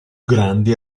grandi